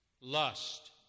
Lust